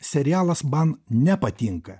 serialas man nepatinka